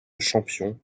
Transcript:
champion